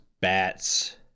bats